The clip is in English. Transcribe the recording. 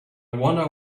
wonder